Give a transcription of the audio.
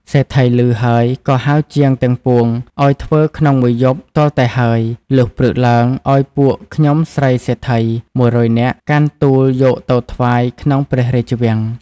សេដ្ឋីឮ ហើយក៏ហៅជាងទាំងពួងអោយធ្វើក្នុង១ យប់ ទាល់តែហើយ លុះព្រឹកឡើងអោយពួក ខ្ញុំស្រីសេដ្ឋី ១០០នាក់ កាន់ទួលយកទៅថ្វាយក្នុងព្រះរាជវាំង ។